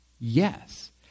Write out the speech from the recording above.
Yes